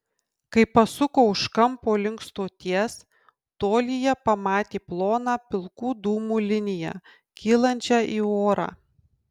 kai pasuko už kampo link stoties tolyje pamatė ploną pilkų dūmų liniją kylančią į orą